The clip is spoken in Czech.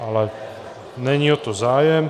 Ale není o to zájem.